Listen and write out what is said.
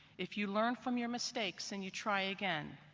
if you learn from your mistakes and you try again,